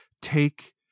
take